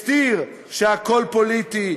הסתיר שהכול פוליטי,